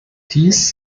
dies